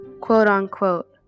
quote-unquote